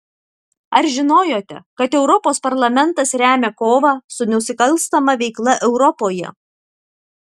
ar žinojote kad europos parlamentas remia kovą su nusikalstama veikla europoje